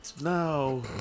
No